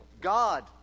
God